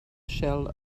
shell